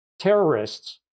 Terrorists